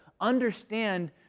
understand